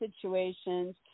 situations